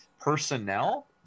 personnel